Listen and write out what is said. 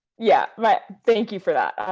yeah. but thank you for that.